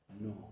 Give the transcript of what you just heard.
no